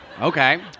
Okay